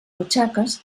butxaques